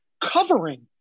covering